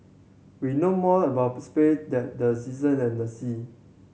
we know more about space than the season and the sea